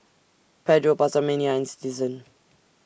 Pedro PastaMania and Citizen